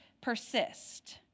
persist